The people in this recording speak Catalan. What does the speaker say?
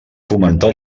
fomentar